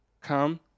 come